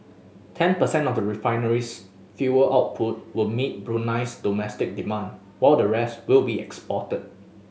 ten percent of the refinery's fuel output will meet Brunei's domestic demand while the rest will be exported